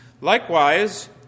Likewise